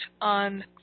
on